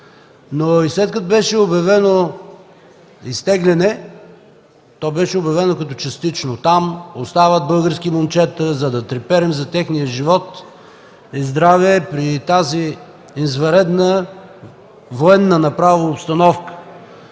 това. След като беше обявено изтегляне, беше обявено като частично. Там остават български момчета, за да треперим за техния живот и здраве при тази извънредна, военна направо обстановка.